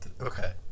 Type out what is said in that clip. Okay